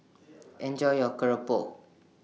Enjoy your Keropok